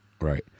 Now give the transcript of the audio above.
right